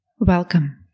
Welcome